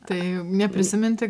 tai neprisiminti